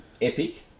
epic